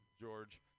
George